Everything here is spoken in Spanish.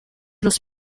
los